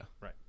Right